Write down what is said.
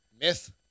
myth